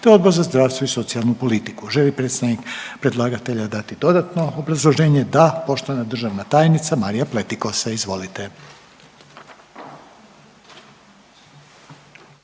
te Odbor za zdravstvo i socijalnu politiku. Želi li predstavnik predlagatelja dati dodatno obrazloženje. Da. Poštovana državna tajnica Marija Pletikosa, izvolite.